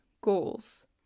goals